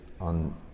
on